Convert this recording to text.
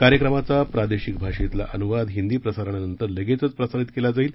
कार्यक्रमाचा प्रादेशिक भाषेतला अनुवाद हिंदी प्रसारणानंतर लगेचच प्रसारित केला जाईल